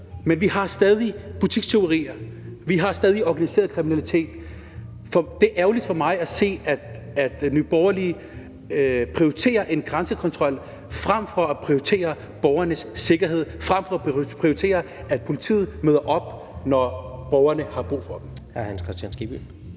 Men vi har stadig butikstyverier. Vi har stadig organiseret kriminalitet. Det er ærgerligt for mig at se, at Nye Borgerlige prioriterer en grænsekontrol frem for at prioritere borgernes sikkerhed, frem for at prioritere, at politiet møder op, når borgerne har brug for dem.